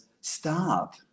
Stop